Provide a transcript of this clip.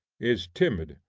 is timid,